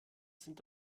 sind